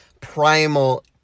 primal